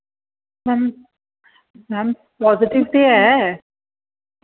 ma'am ma'am positive ते ऐ